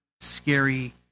scary